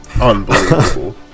unbelievable